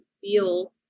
feel